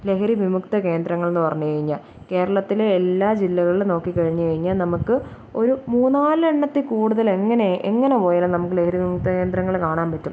ലഹരിവിമുക്ത കേന്ദ്രങ്ങളെന്നു പറഞ്ഞുകഴിഞ്ഞാൽ കേരളത്തിലെ എല്ലാ ജില്ലകളിലും നോക്കികഴിഞ്ഞു കഴിഞ്ഞാൽ നമുക്ക് ഒരു മൂന്നു നാലെണ്ണത്തിൽ കൂടുതൽ എങ്ങനെ എങ്ങനെ പോയാലും നമുക്ക് ലഹരിവിമുക്ത കേന്ദ്രങ്ങൾ കാണാൻ പറ്റും